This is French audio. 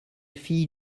fille